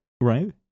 Right